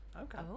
okay